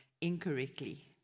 incorrectly